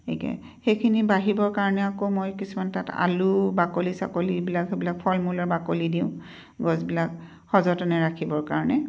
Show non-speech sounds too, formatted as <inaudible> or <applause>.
<unintelligible> সেইখিনি বাঢ়িবৰ কাৰণে আকৌ মই কিছুমান তাত আলু বাকলি চাকলি সেইবিলাক সেইবিলাক ফল মূলৰ বাকলি দিওঁ গছবিলাক সযতনে ৰাখিবৰ কাৰণে